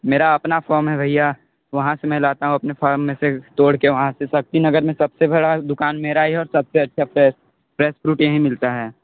मेरा अपना फॉर्म है भैया वहाँ से मैं लाता हूँ अपने फॉर्म में से तोड़ के वहाँ से शक्ति नगर में सबसे बड़ा दुकान मेरा ही है सबसे अच्छा फ्रेश फ्रेश फ्रूट यहीं मिलता है